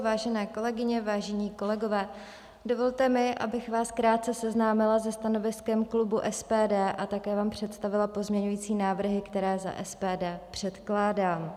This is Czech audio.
Vážené kolegyně, vážení kolegové, dovolte mi, abych vás krátce seznámila se stanoviskem klubu SPD a také vám představila pozměňovací návrhy, které za SPD předkládám.